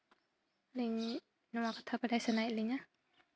ᱟᱹᱞᱤᱧ ᱱᱚᱣᱟ ᱠᱟᱛᱷᱟ ᱵᱟᱲᱟᱭ ᱥᱟᱱᱟᱭᱮᱫ ᱞᱤᱧᱟ